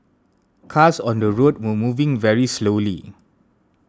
cars on the road were moving very slowly